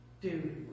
dude